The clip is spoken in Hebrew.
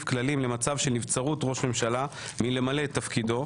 כללים למצב של נבצרות ראש ממשלה מלמלא את תפקידו.